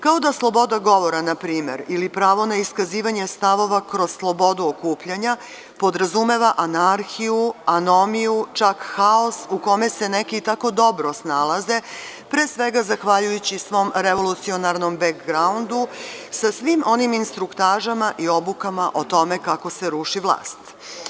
Kao da sloboda govora, npr, ili pravo na iskazivanje stavova kroz slobodu okupljanja podrazumeva anarhiju, anomiju, haos u kome se neki tako dobro snalaze, pre svega, zahvaljujući svom revolucionarnom bek graundu, sa svim onim instruktažama i obukama o tome kako se ruši vlast.